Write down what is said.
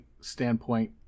standpoint